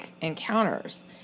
encounters